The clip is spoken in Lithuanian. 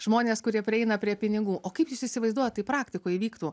žmonės kurie prieina prie pinigų o kaip jūs įsivaizduojat tai praktikoj vyktų